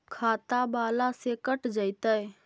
खाता बाला से कट जयतैय?